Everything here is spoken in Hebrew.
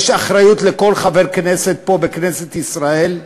יש אחריות לכל חבר כנסת פה, בכנסת ישראל,